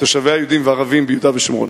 התושבים היהודים והערבים של יהודה ושומרון.